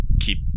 keep